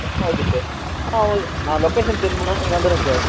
okay sir ஆ okay நான் location send பண்ணுறேன் நீங்கள் வந்துடுங்க சார்